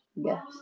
Yes